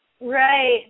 Right